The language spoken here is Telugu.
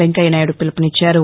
వెంకయ్యనాయుడు పిలుపునిచ్చారు